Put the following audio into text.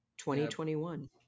2021